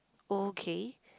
okay